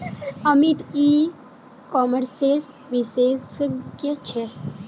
अमित ई कॉमर्सेर विशेषज्ञ छे